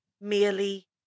merely